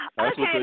Okay